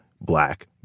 Black